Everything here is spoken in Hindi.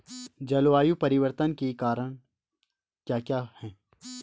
जलवायु परिवर्तन के कारण क्या क्या हैं?